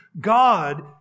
God